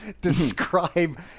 describe